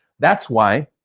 that's why,